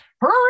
hurry